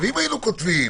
אנחנו יכולים לכתוב: